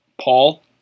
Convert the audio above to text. Paul